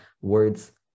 words